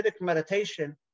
meditation